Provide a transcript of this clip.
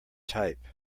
type